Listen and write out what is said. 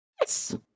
Yes